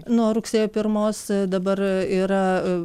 nuo rugsėjo pirmos dabar ir